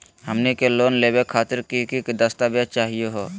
हमनी के लोन लेवे खातीर की की दस्तावेज चाहीयो हो?